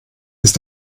ist